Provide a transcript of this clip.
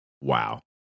Wow